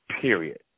period